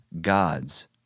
God's